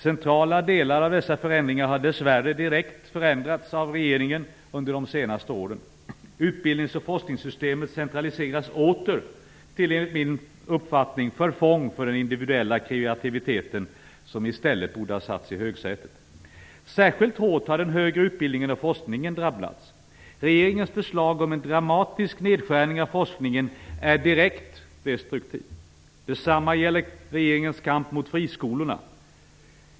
Centrala delar av dessa förändringar har dessvärre direkt förändrats av regeringen under de senaste åren. Utbildnings och forskningssystemet centraliseras åter, enligt min uppfattning till förfång för den individuella kreativiteten, som i stället borde ha satts i högsätet. Särskilt hårt har den högre utbildningen och forskningen drabbats. Regeringens förslag om en dramatisk nedskärning av forskningen är direkt destruktivt. Detsamma gäller regeringens kamp mot friskolorna.